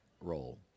role